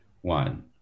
one